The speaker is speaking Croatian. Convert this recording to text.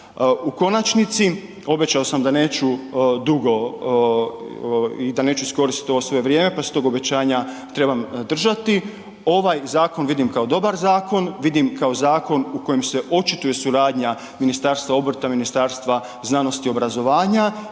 U konačnici, obećao sam da neću dugo i da neću iskoristit ovo sve vrijeme pa se tog obećanja trebam držati, ovaj zakon vidim kao dobar zakon, vidim kao zakon u kojem se očituje suradnja Ministarstva obrta, Ministarstva znanosti i obrazovanja